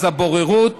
הבוררות